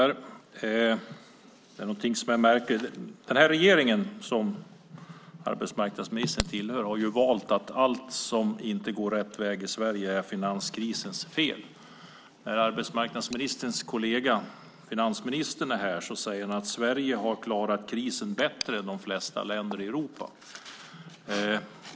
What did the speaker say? Herr talman! Den här regeringen som arbetsmarknadsministern tillhör har valt att säga att allt som inte går rätt väg i Sverige är finanskrisens fel. När arbetsmarknadsministerns kollega finansministern är här säger han att Sverige har klarat krisen bättre än de flesta andra länder i Europa.